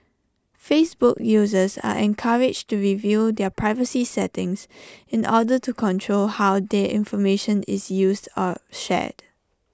Facebook users are encouraged to review their privacy settings in order to control how their information is used or shared